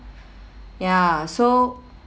ya so